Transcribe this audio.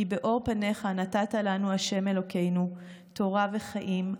כי באור פניך נתת לנו ה' אלוקינו תורה וחיים,